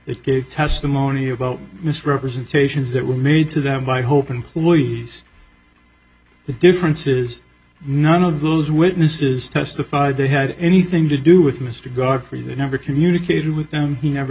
gave testimony about misrepresentations that were made to them by hope and floyd the difference is none of those witnesses testified they had anything to do with mr godfrey they never communicated with them he never